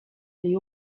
they